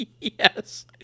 Yes